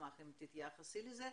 אשמח אם תתייחסי לזה.